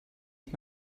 ich